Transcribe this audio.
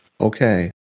Okay